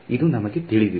ಇದು ನಮಗೆ ತಿಳಿದಿದೆ